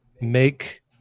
make